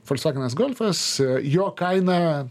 folksvagenas golfas jo kaina